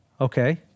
Okay